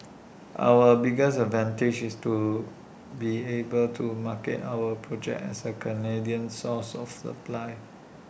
our biggest advantage is to be able to market our project as A Canadian source of supply